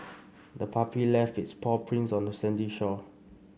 the puppy left its paw prints on the sandy shore